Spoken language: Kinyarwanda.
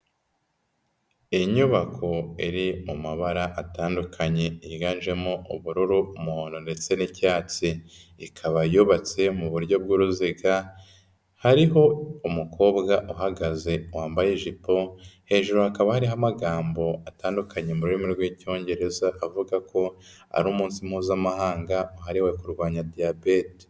Inyubako iri mu mabara atandukanye yiganjemo ubururu, umuhondo ndetse n'icyatsi, ikaba yubatse mu buryo bw'uruziga, hariho umukobwa uhagaze wambaye ijipo, hejuru hakaba hariho amagambo atandukanye mu rurimi rw'icyongereza avuga ko ari umunsi mpuzamahanga wahariwe kurwanya diyabete.